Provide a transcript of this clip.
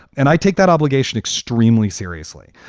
and i take that obligation extremely seriously.